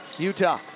Utah